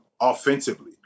offensively